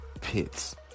pits